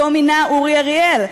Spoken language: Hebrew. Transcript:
שאותו מינה אורי אריאל,